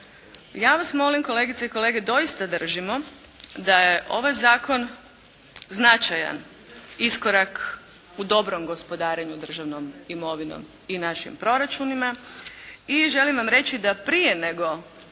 Ja vas molim kolegice i kolege doista držimo da je ovaj Zakon značajan iskorak u dobrom gospodarenju državnom imovinom i našim proračunima i želim vam reći da prije nego